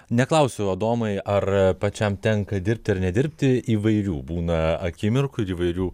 neklausiu adomai ar pačiam tenka dirbti ar nedirbti įvairių būna akimirkų ir įvairių